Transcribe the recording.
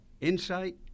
insight